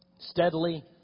Steadily